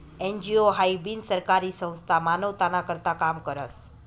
NGO हाई बिनसरकारी संस्था मानवताना करता काम करस